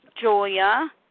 Julia